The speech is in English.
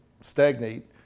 stagnate